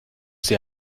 sie